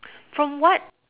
from what